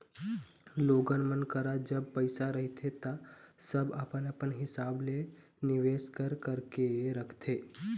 लोगन मन करा जब पइसा रहिथे ता सब अपन अपन हिसाब ले निवेस कर करके रखथे